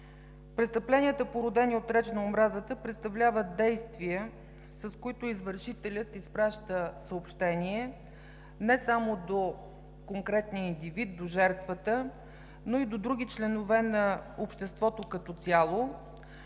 Престъпленията, породени от реч на омразата, представляват действия, с които извършителят изпраща съобщение не само до конкретния индивид, до жертвата, но и до други членове на обществото като цяло,